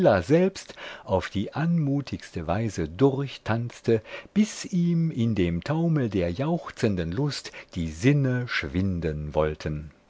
selbst auf die anmutigste weise durchtanzte bis ihm in dem taumel der jauchzenden lust die sinne schwinden wollten